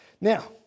Now